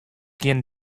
gjin